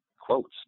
quotes